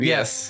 Yes